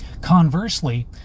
Conversely